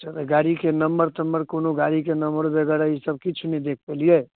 अच्छा तऽ गाड़ीके नम्बर तम्बर कोनो गाड़ीके नम्बरो वगैरह ई सब किछु नहि देख पेलियै